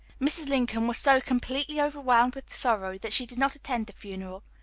mrs. lincoln was so completely overwhelmed with sorrow that she did not attend the funeral.